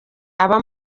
aba